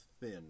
thin